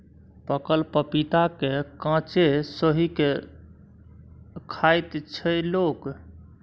पाकल पपीता केँ कांचे सोहि के खाइत छै लोक